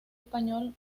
español